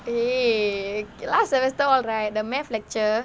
eh last semester all right the math lecture